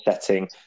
setting